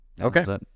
Okay